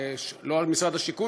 לא משרד השיכון,